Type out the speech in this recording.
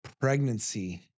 pregnancy